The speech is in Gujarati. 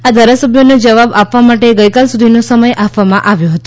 આ ધારાસભ્યોને જવાબ આપવા માટે ગઈકાલ સુધીનો સમય આપવામાં આવ્યો હતો